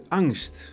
angst